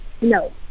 no